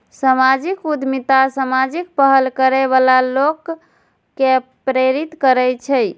सामाजिक उद्यमिता सामाजिक पहल करै बला लोक कें प्रेरित करै छै